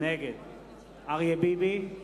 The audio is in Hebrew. נגד אריה ביבי,